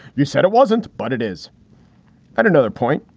you said it wasn't. but it is at another point.